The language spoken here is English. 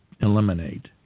eliminate